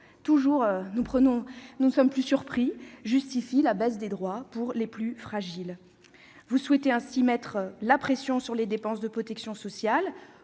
fois- nous n'en sommes plus surpris -, entraînent la baisse des droits pour les plus fragiles. Vous souhaitez mettre la pression sur les dépenses de protection sociale